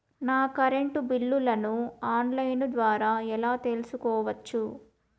నా కరెంటు బిల్లులను online ద్వారా ఎలా తెలుసుకోవచ్చు?